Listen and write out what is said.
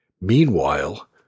Meanwhile